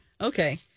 okay